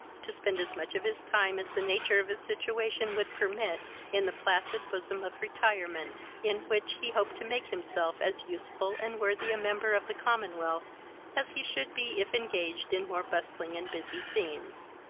to spend as much of his time as the nature of his situation would permit in the placid bosom of retirement, in which he hoped to make himself as useful and worthy a member of the commonwealth as he should be if engaged in more bustling and busy scenes.